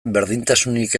berdintasunik